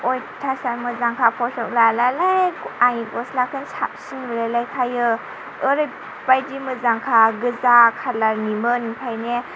अयथासार मोजांखा फट'लाबाथाय आंनि गस्लाखौनो साबसिन नुलायलायखायो ओरैबायदि मोजांखा गोजा खालारनिमोन ओमफ्रायो